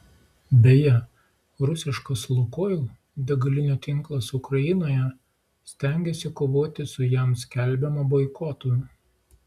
beje rusiškas lukoil degalinių tinklas ukrainoje stengiasi kovoti su jam skelbiamu boikotu